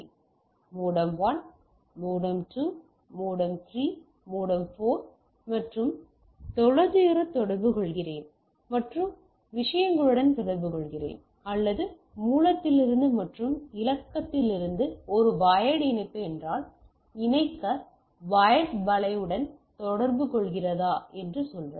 எனவே modem 1 modem 2 modem 3 modem 4 மற்றும் தொலைதூரத்தை தொடர்புகொள்கிறேன் மற்றும் விஷயங்களுடன் தொடர்புகொள்கிறேன் அல்லது மூலத்திலிருந்து மற்றும் இலக்கிலிருந்து ஒரு வயர்ட் இணைப்பு என்றால் இணைக்க வயர்ட் வலைடன் தொடர்பு கொள்கிறதா என்று சொல்வது